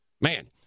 Man